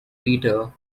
peter